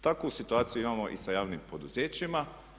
Takvu situaciju imamo i sa javnim poduzećima.